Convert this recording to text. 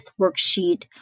worksheet